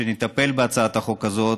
כשנטפל בהצעת החוק הזאת,